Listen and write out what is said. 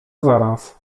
zaraz